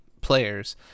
players